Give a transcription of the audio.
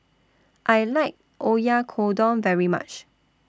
I like Oyakodon very much